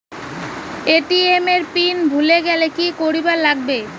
ATM এর pin ভুলি গেলে কি করিবার লাগবে?